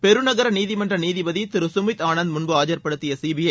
பெருநகர நீதிமன்ற நீதிபதி திரு கமித் ஆனந்த் முன்பு ஆஜர்ப்படுத்திய சிபிஐ